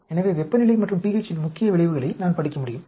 எனவே வெப்பநிலை மற்றும் pH இன் முக்கிய விளைவுகளை நான் படிக்க முடியும்